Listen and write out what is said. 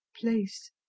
place